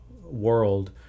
world